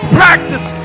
practice